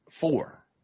four